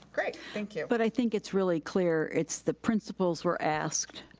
great, thank you. but i think it's really clear, it's the principals were asked,